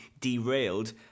derailed